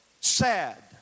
sad